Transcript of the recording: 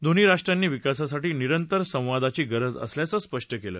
दोन्ही राष्ट्रांनी विकासासाठी निंरतर संवादाची गरज असल्याचं स्पष्ट केलं